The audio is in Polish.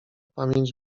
pamięć